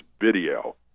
video